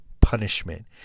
punishment